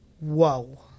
whoa